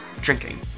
drinking